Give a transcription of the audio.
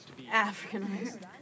Africanized